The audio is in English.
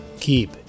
keep